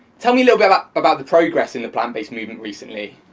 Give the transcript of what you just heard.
tell me a little bit about about the progress in the plant-based movement recently.